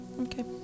Okay